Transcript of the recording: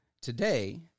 today